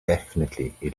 definitively